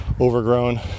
overgrown